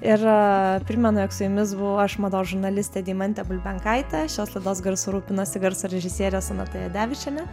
ir primenu jog su jumis buvau aš mados žurnalistė deimantė bulbenkaitė šios laidos garsu rūpinosi garso režisierė sonata jadevičienė